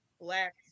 black